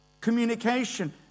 communication